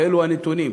ואלה הנתונים,